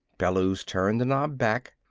bellews turned the knob back.